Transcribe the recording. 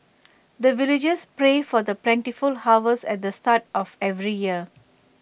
the villagers pray for the plentiful harvest at the start of every year